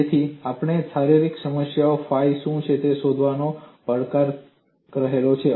તેથી આપેલ શારીરિક સમસ્યા માટે ફાઈ શું છે તે શોધવામાં પડકાર રહેલો છે